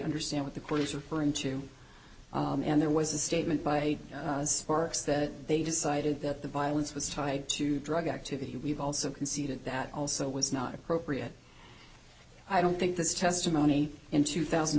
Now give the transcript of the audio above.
understand what the queries are for him to and there was a statement by sparks that they decided that the violence was tied to drug activity we've also conceded that also was not appropriate i don't think this testimony in two thousand